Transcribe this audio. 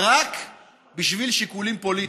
רק בשביל שיקולים פוליטיים.